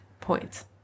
points